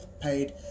paid